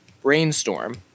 brainstorm